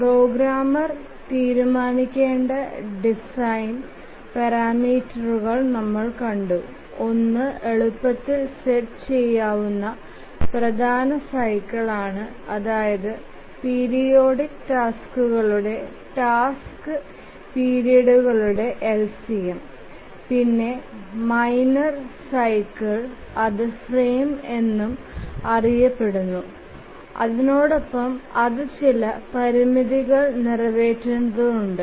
programmer തീരുമാനിക്കേണ്ട design പാരാമീറ്ററുകൾ നമ്മൾ കണ്ടു ഒന്നു എളുപ്പത്തിൽ സെറ്റ് ചെയ്യാവുന്ന പ്രധാന സൈക്കിൾ ആണ് അതായത് പീരിയോഡിക് ടാസ്ക്കുകളുടെ ടാസ്ക് പീരിയഡുകളുടെ LCM പിന്നെ മൈനർ സൈക്കിൾ അതു ഫ്രെയിംFrame എന്നും അറിയപ്പെടുന്നു അതിനോടൊപ്പം അതു ചില പരിമിതികൾ നിറവേറ്റേണ്ടതുണ്ട്